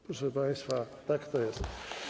Proszę państwa, tak to jest.